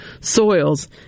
soils